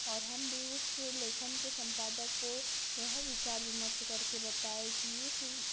और हम भी उस लेखन के सम्पादक को यह विचार विमर्श करके बताएँ कि इस